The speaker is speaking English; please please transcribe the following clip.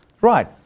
Right